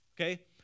Okay